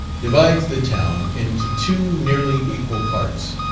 divides the town into two nearly equal parts.